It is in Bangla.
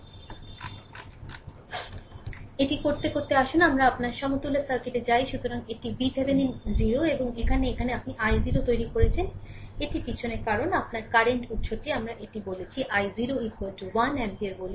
সুতরাং এটি করতে আসুন আমরা আপনার সমতুল্য সার্কিটে যাই সুতরাং এটি VThevenin 0 এবং এখন এখানে আপনি i0 তৈরি করেছেন এটি পিছনে কারণ আপনার কারেন্ট উত্সটি আমরা এটি বলেছি i0 1 অ্যাম্পিয়ার বলে